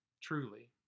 truly